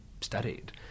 studied